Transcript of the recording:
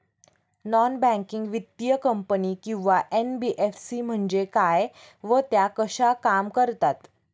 Non banking वित्तीय company किंवा NBFC म्हणजे काय व त्या कशा काम करतात?